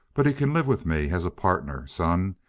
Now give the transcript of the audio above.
but he can live with me as a partner, son,